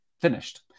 finished